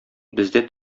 бездә